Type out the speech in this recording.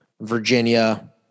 Virginia